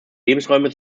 lebensräume